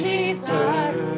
Jesus